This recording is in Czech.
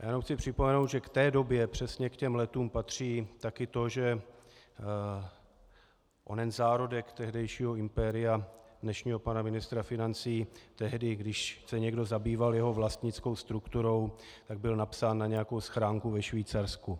Jenom chci připomenout, že k té době, přesně k těm letům patří také to, že onen zárodek tehdejšího impéria dnešního pana ministra financí tehdy, když se někdo zabýval jeho vlastnickou strukturou, tak byl napsán na nějakou schránku ve Švýcarsku.